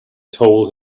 told